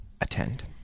attend